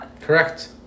Correct